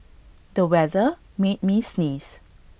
the weather made me sneeze